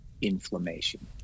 inflammation